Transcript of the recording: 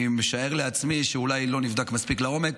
אני משער לעצמי שאולי זה לא נבדק מספיק לעומק,